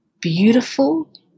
beautiful